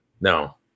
No